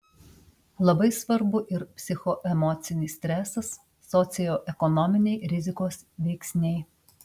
labai svarbu ir psichoemocinis stresas socioekonominiai rizikos veiksniai